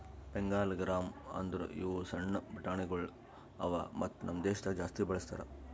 Bengal gram ಅಂದುರ್ ಇವು ಸಣ್ಣ ಬಟಾಣಿಗೊಳ್ ಅವಾ ಮತ್ತ ನಮ್ ದೇಶದಾಗ್ ಜಾಸ್ತಿ ಬಳ್ಸತಾರ್